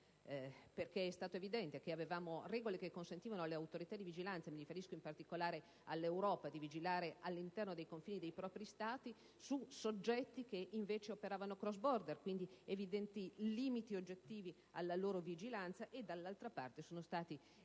poiché è risultato evidente che avevamo regole che consentivano alle autorità di vigilanza (mi riferisco, in particolare, all'Europa) di vigilare all'interno dei confini dei propri Stati su soggetti che, invece, operavano *cross border*; vi erano, quindi, limiti oggettivi alla loro vigilanza. Dall'altra parte, vi sono stati errori